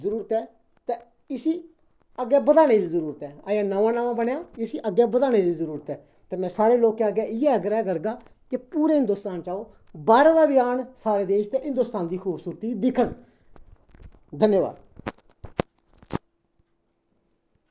जरूरत ऐ ते इसी अग्गें बधाने दी जरूरत ऐ अजें नमां नमां बनेआ इसी अग्गें बधाने दी जरूरत ऐ ते में सारें लोकें अग्गें इ'यै आग्रह् करगा कि पूरे हिन्दोस्तान च आओ बाह्रै दा बी आन सारे देश देते हिंदोस्तान दी खूबसूरती दिक्खन धन्यावाद